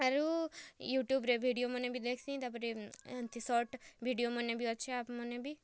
ଆରୁ ୟୁଟୁବ୍ରେ ଭିଡ଼ିଓମାନେ ବି ଦେଖ୍ସି ତା'ପରେ ହେମିତି ସର୍ଟ ଭିଡ଼ିଓମାନେ ବି ଅଛେ ଆପମାନେ ବି